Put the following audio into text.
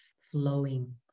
flowing